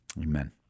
Amen